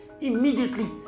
Immediately